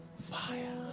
fire